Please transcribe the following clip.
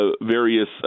various